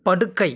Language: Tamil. படுக்கை